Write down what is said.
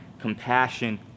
compassion